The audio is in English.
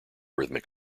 rhythmic